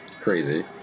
crazy